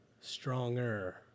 stronger